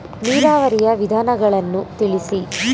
ನೀರಾವರಿಯ ವಿಧಾನಗಳನ್ನು ತಿಳಿಸಿ?